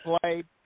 played